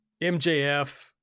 MJF